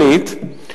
שנית,